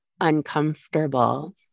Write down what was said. uncomfortable